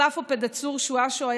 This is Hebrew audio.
כלפו פדהצור שואשו,